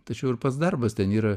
tačiau ir pats darbas ten yra